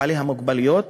בעלי המוגבלויות,